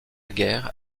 guerre